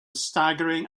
staggering